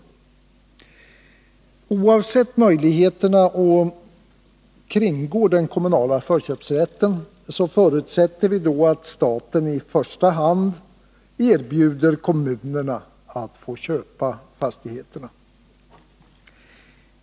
Oavsett möjligheterna att kringgå den kommunala förköpsrätten förutsätter vi då att staten erbjuder i första hand kommunerna att få köpa fastigheterna.